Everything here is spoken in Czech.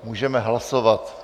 Můžeme hlasovat.